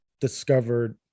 Discovered